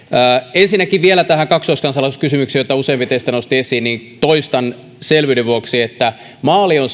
ensinnäkin vielä tähän kaksoiskansalaisuuskysymykseen jonka useampi teistä nosti esiin toistan selvyyden vuoksi että maali on